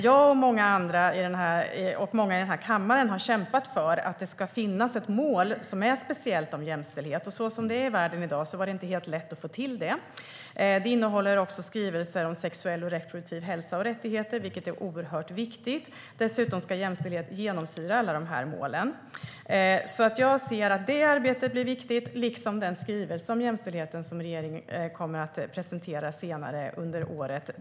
Jag och många i den här kammaren har kämpat för att det ska finnas ett speciellt mål för jämställdhet, men så som det är i världen i dag var det inte helt lätt att få till det. Det innehåller skrivelser om sexuell och reproduktiv hälsa och rättigheter, vilket är oerhört viktigt. Dessutom ska jämställdhet genomsyra alla målen. Jag ser att det arbetet blir viktigt liksom den skrivelse om jämställdheten som regeringen kommer att presentera senare under året.